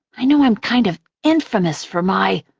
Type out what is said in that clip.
i know i'm kind of infamous for my,